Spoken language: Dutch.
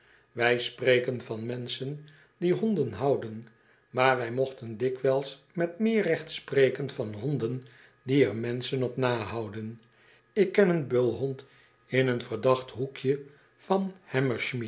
wij spreken van menschen die honden houden maar wij mochten dikwijls met meer recht spreken van honden die er menschen op nahouden ik ken een bulhond in een verdacht hoekje van